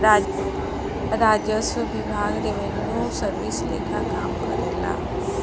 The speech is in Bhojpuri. राजस्व विभाग रिवेन्यू सर्विस लेखा काम करेला